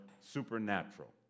supernatural